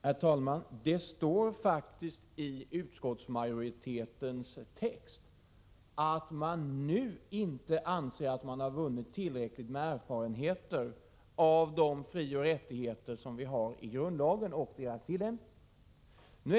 Herr talman! Det står faktiskt i utskottsmajoritetens text att man nu inte anser sig ha vunnit tillräcklig erfarenhet av de bestämmelser om frioch rättigheter som vi har i grundlagen och deras tillämpning.